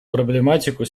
проблематику